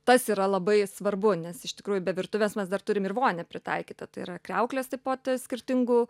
tas yra labai svarbu nes iš tikrųjų be virtuvės mes dar turim ir vonią pritaikytą tai yra kriauklės taip pat skirtingų